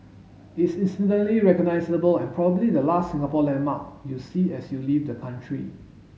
it's instantly recognisable and probably the last Singapore landmark you'll see as you leave the country